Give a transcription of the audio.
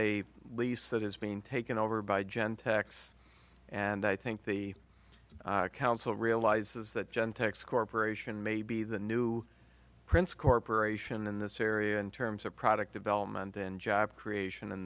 a lease that is being taken over by gentex and i think the council realizes that gentex corporation may be the new prince corporation in this area in terms of product development and job creation in